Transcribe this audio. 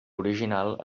original